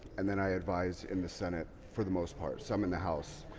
and then i advise in the senate for the most part, some in the house.